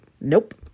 nope